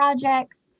projects